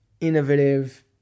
innovative